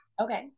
Okay